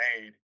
made